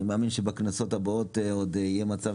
ואני מאמין שבכנסות הבאות עוד יהיה מצב